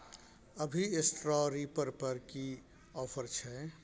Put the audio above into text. अभी straw reaper पर की ऑफर छै?